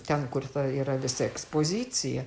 ten kur ta yra visa ekspozicija